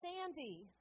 Sandy